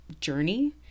journey